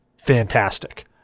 fantastic